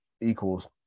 equals